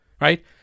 right